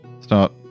Start